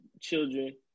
children